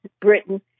Britain